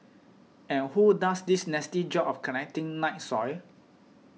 and who does this nasty job of collecting night soil